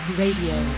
radio